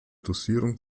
dosierung